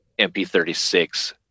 MP36